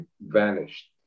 vanished